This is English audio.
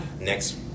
next